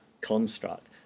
construct